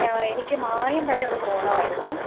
എനിക്ക് മായം വരെ ഒന്ന് പോണമായിരുന്നു